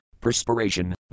perspiration